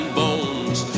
bones